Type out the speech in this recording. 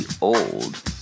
old